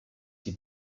die